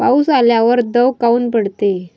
पाऊस आल्यावर दव काऊन पडते?